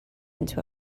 into